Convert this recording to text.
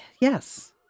yes